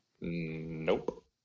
Nope